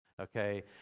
Okay